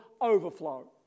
overflow